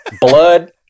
blood